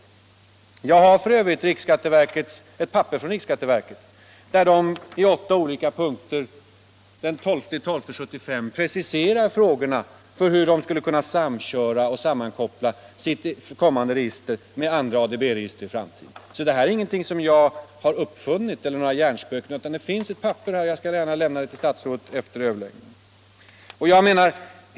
Jag har här en skrivelse från riksskatteverket av den 12 december 1975, där verket i åtta olika punkter preciserar hur man i framtiden skulle kunna samköra och sammankoppla sitt register med andra ADB-register. Detta är ingenting som jag har uppfunnit eller några hjärnspöken utan här finns ett papper som jag gärna överlämnar till statsrådet efter över läggningen.